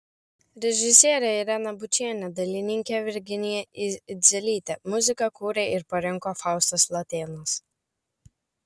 režisierė irena bučienė dailininkė virginija idzelytė muziką kūrė ir parinko faustas latėnas